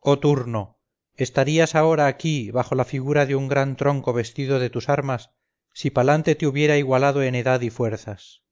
oh turno estarías ahora aquí bajo la figura de un gran tronco vestido de tus armas si palante te hubiera igualado en edad y fuerzas